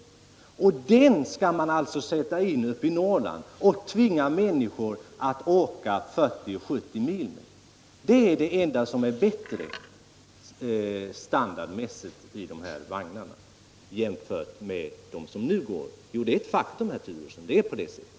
Och den skall man sätta in uppe ii Norrland och tvinga människor att åka 40-70 mil i! Det är det enda som standardmässigt är bättre i de nya vagnarna än i dem som nu går. Det är ett faktum, herr Turesson.